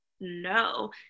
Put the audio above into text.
no